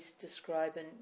describing